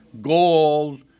gold